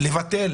לבטל?